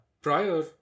prior